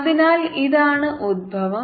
അതിനാൽ ഇതാണ് ഉത്ഭവം